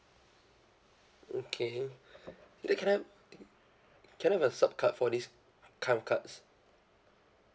okay then can I can I have a sub card for this kind of cards